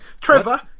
Trevor